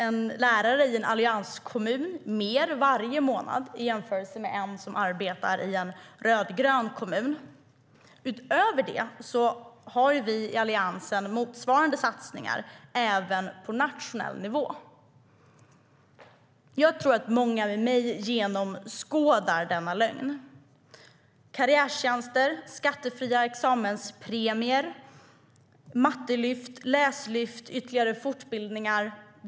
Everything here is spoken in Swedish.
En lärare i en allianskommun tjänar mer varje månad än en som arbetar i en rödgrön kommun. Utöver det har vi i Alliansen motsvarande satsningar även på nationell nivå. Jag tror att många med mig genomskådar denna lögn. Det handlar om karriärtjänster, skattefria examenspremier, mattelyft, läslyft och ytterligare fortbildningar.